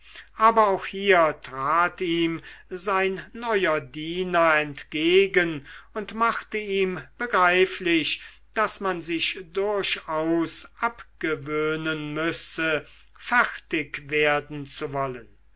aber auch hier trat ihm sein neuer diener entgegen und machte ihm begreiflich daß man sich durchaus abgewöhnen müsse fertig werden zu wollen